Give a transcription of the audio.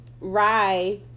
Rye